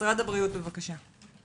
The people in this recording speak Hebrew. משרד התרבות, בבקשה.